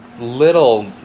little